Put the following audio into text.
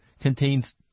contains